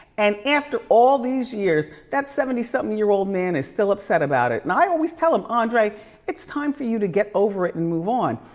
and after all these years, that seventy something year old man is still upset about it. and i always tell him, andre it's time for you to get over it and move on.